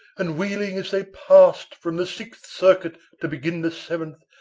and wheeling as they passed from the sixth circuit to begin the seventh,